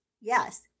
yes